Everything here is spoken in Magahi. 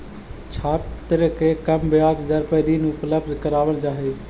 छात्र के कम ब्याज दर पर ऋण उपलब्ध करावल जा हई